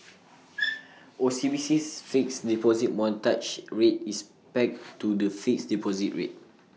OCBC's fixed deposit mortgage rate is pegged to the fixed deposit rate